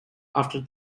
after